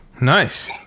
nice